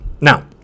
Now